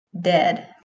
dead